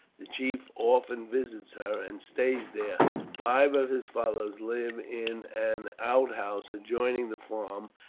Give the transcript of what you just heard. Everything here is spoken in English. the chief often visits her and stays there five of his followers live in an out house adjoining the farm,